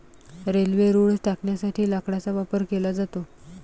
railway रुळ टाकण्यासाठी लाकडाचा वापर केला जातो